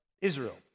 Israel